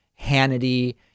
Hannity